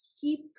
Keep